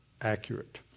accurate